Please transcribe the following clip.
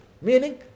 meaning